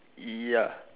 yeah